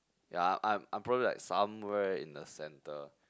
ya I'm I'm probably like somewhere in the center